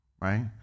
right